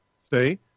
see